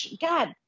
God